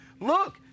look